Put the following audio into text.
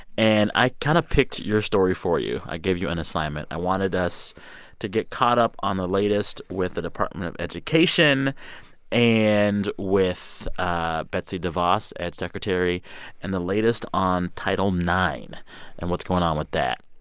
and i kind of picked your story for you. i gave you an assignment. i wanted us to get caught up on the latest with the department of education and with ah betsy de vos as secretary and the latest on title ix and what's going on with that.